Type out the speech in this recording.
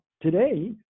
today